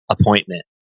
appointment